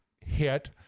hit